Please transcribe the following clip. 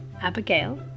Abigail